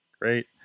Great